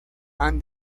and